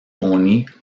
poneys